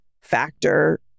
factor